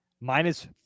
Minus